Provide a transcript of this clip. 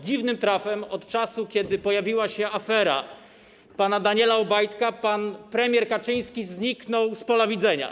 Dziwnym trafem od czasu, kiedy pojawiła się afera pana Daniela Obajtka, pan premier Kaczyński zniknął z pola widzenia.